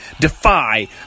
Defy